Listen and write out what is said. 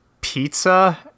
pizza